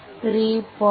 3